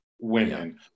women